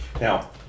now